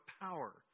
power